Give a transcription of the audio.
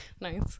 Nice